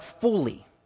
fully